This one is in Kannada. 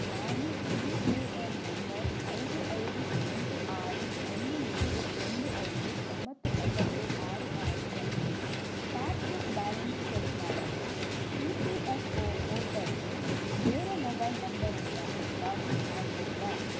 ನಾನು ಯು ಎ ಎನ್ ನಂಬರ್ ಐದು ಐದು ಎಂಟು ಆರು ಒಂದು ಏಳು ಒಂದು ಐದು ಒಂಬತ್ತು ಒಂಬತ್ತು ಆರು ಆರು ಬಳಸಿ ಪಾಸ್ ಬುಕ್ ಬ್ಯಾಲೆನ್ಸ್ ಚೆಕ್ ಮಾಡೋಕ್ಕೆ ಇ ಪಿ ಎಫ್ ಒ ಪೋರ್ಟಲ್ಗೆ ಬೇರೆ ಮೊಬೈಲ್ ನಂಬರಿಂದ ಲಾಗಿನ್ ಆಗಭೌದಾ